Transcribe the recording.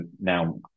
now